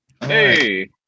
Hey